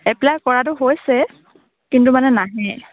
apply কৰাটো হৈছে কিন্তু মানে নাহে